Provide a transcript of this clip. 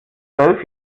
zwölf